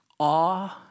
awe